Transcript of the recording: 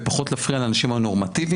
ולהפריע כמה שפחות לאנשים הנורמטיביים.